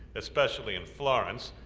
especially in florence,